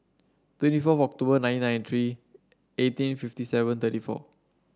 twenty four October nineteen ninety three eighteen fifty seven thirty four